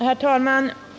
Herr talman!